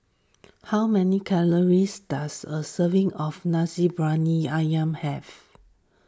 how many calories does a serving of Nasi Briyani Ayam have